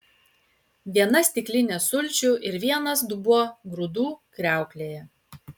viena stiklinė sulčių ir vienas dubuo grūdų kriauklėje